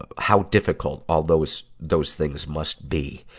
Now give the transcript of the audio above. ah how difficult all those, those things must be.